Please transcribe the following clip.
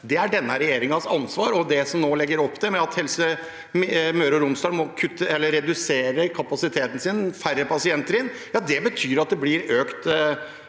Det er denne regjeringens ansvar, og det som en nå legger opp til med at Helse Møre og Romsdal må redusere kapasiteten sin – færre pasienter inn – betyr at det blir økte